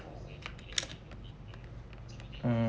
um